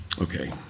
Okay